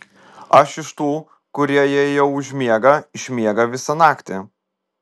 aš iš tų kurie jei jau užmiega išmiega visą naktį